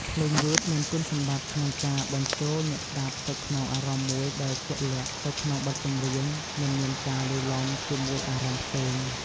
ភ្លេងយឺតមានគុណសម្បត្តិក្នុងការបញ្ចូលអ្នកស្តាប់ទៅក្នុងអារម្មណ៍មួយជាក់លាក់ទៅក្នុងបទចម្រៀងមិនមានការលាយឡំជាមួយអារម្មណ៍ផ្សេង។